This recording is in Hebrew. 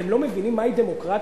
אתם לא מבינים מהי דמוקרטיה,